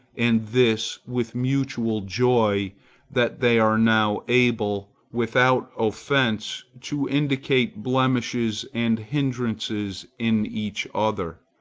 and this with mutual joy that they are now able, without offence, to indicate blemishes and hindrances in each other,